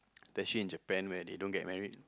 especially in Japan where they don't get married